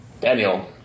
Daniel